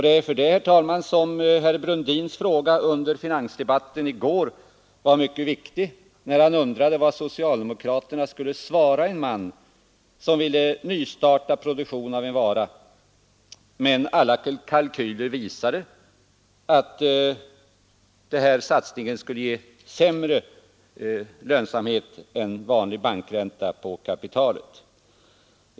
Därför var herr Brundins fråga under finansdebatten i går mycket viktig; han undrade vad socialdemokraterna skulle svara en man som ville nystarta produktion av en vara, om alla kalkyler visade att denna satsning skulle ge sämre lönsamhet än vanlig bankränta på kapitalet.